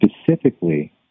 specifically